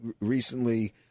recently